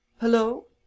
hello